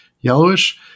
yellowish